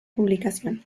publicación